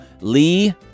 Lee